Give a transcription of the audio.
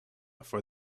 for